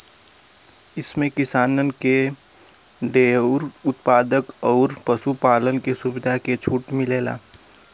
एम्मे किसानन के डेअरी उत्पाद अउर पशु पालन के सुविधा पे छूट मिलेला